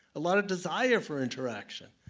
a lot of desire for interaction.